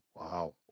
Wow